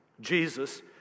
Jesus